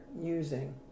using